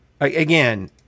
again